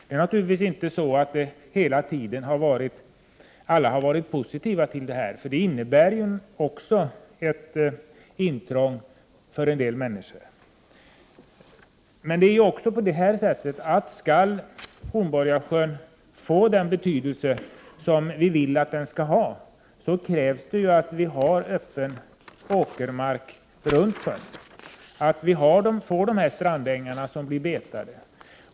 Det är naturligtvis inte så att hela tiden alla har varit positiva, för det innebär ju samtidigt ett visst intrång för en del människor. Men skall Hornborgasjön få den betydelse som vi vill att den skall ha, krävs det att vi har öppen åkermark runt sjön, med de strandängar som blir betade.